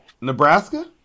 Nebraska